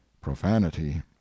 profanity